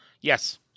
Yes